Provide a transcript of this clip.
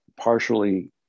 partially